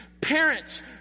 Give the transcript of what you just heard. Parents